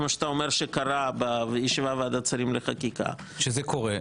כפי שקרה בוועדת שרים לחקיקה --- זה קורה.